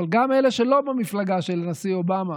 אבל גם אלה שלא במפלגה של הנשיא אובמה